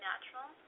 Natural